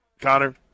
Connor